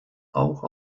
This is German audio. auch